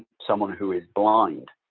someone who is blind.